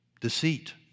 Deceit